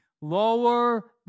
lower